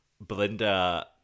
Belinda